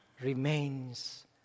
remains